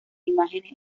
imágenes